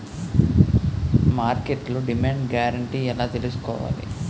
మార్కెట్లో demand guarantee ఎలా తెల్సుకోవాలి?